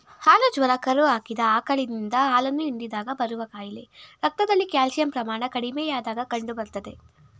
ಹಾಲು ಜ್ವರ ಕರು ಹಾಕಿದ ಆಕಳಿನಿಂದ ಹಾಲನ್ನು ಹಿಂಡಿದಾಗ ಬರುವ ಕಾಯಿಲೆ ರಕ್ತದಲ್ಲಿ ಕ್ಯಾಲ್ಸಿಯಂ ಪ್ರಮಾಣ ಕಡಿಮೆಯಾದಾಗ ಕಂಡುಬರ್ತದೆ